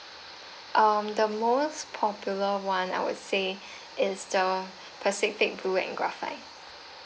um the most popular one I would say it's the pacific blue and graphite